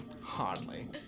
Hardly